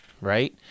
right